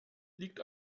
liegt